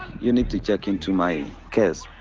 you need to check into my case.